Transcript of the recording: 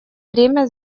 время